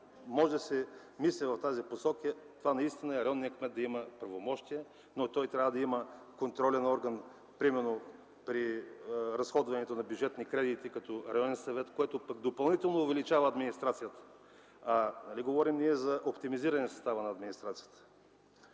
може да се мисли в тази посока, е районният кмет да има правомощия, но той трябва да има контролен орган, примерно при разходването на бюджетни кредити - като районен съвет, което допълнително увеличава администрацията. А нали ние говорим за оптимизиране състава на администрацията?!